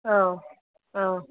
औ औ